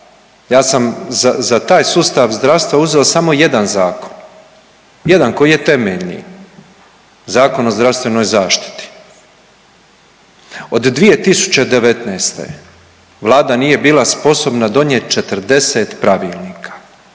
Ja sam za taj sustav zdravstva uzeo samo jedan zakon, jedan koji je temeljni Zakon o zdravstvenoj zaštiti. Od 2019. Vlada nije bila sposobna donijeti 40 pravilnika,